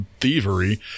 thievery